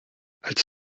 als